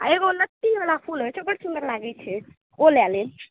एगो लत्तीबला फूल होइ छै कतेक सुन्दर लागै छै ओ लय लेब